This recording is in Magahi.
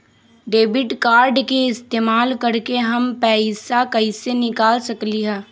डेबिट कार्ड के इस्तेमाल करके हम पैईसा कईसे निकाल सकलि ह?